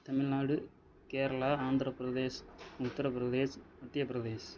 Tamil Nadu Kerala Andhra Pradesh Uttar Pradesh Madhya Pradesh